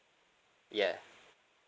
yeah